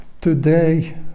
Today